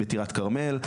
בטירת כרמל,